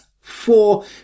four